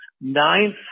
ninth